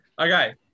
Okay